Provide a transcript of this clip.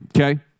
okay